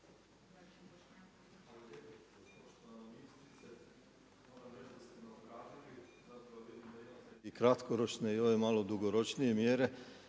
… i ove malo dugoročnije mjere